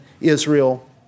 Israel